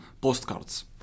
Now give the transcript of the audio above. postcards